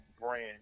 brand